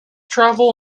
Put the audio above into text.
travel